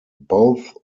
both